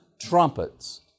trumpets